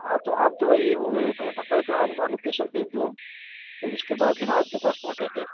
ہاں تو آپ تو بھائی وہ میں نمبر پہ آپ اپنا لوکیشن بھیج دو پھر اُس کے بعد ہی نا آپ کے پاس پہنچیں گے